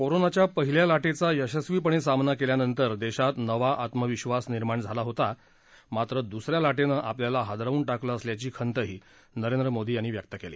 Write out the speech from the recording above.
कोरोनाच्या पहिल्या लाटेचा यशस्वीपणे सामना केल्यानंतर देशात नवा आत्मविश्वास निर्माण झाला होता मात्र दुसऱ्या लाटेनं आपल्याला हादरवून टाकलं असल्याची खंतही नरेंद्र मोदी यांनी व्यक्त केली